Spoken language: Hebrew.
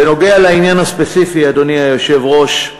בנוגע לעניין הספציפי, אדוני היושב-ראש,